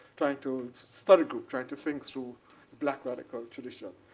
trying to start a group. trying to think through black radical tradition.